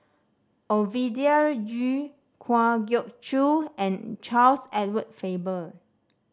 Ovidia Yu Kwa Geok Choo and Charles Edward Faber